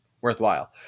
Worthwhile